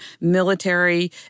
military